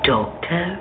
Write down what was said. Doctor